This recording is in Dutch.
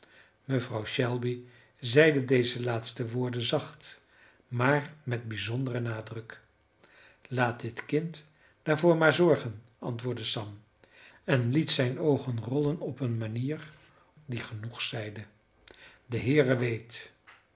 mevrouw shelby zeide deze laatste woorden zacht maar met bijzonderen nadruk laat dit kind daarvoor maar zorgen antwoordde sam en liet zijne oogen rollen op eene manier die genoeg zeide de heere weet